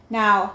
now